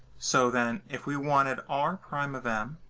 so then if we wanted r prime of m